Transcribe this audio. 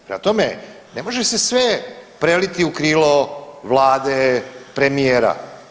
Prema tome ne može se sve preliti u krilo vlade, premijera.